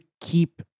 keep